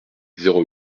zéro